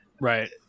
Right